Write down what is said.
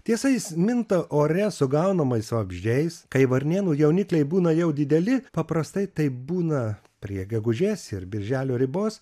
tiesa jis minta ore sugaunamais vabzdžiais kai varnėnų jaunikliai būna jau dideli paprastai taip būna prie gegužės ir birželio ribos